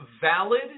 valid